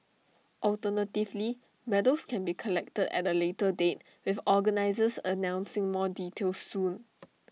alternatively medals can be collected at A later date with organisers announcing more details soon